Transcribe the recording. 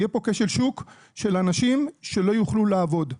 יהיה פה כשל שוק של אנשים שלא יוכלו לעבוד.